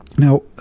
Now